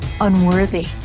unworthy